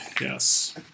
yes